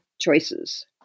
choices